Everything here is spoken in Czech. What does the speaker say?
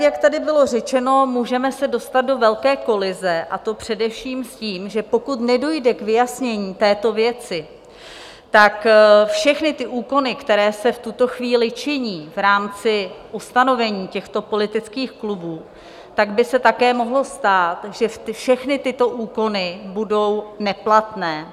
Jak tady bylo řečeno, můžeme se dostat do velké kolize, a to především s tím, že pokud nedojde k vyjasnění této věci, tak všechny úkony, které se v tuto chvíli činí v rámci ustanovení těchto politických klubů, tak by se také mohlo stát, že všechny tyto úkony budou neplatné.